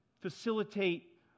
facilitate